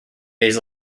days